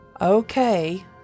Okay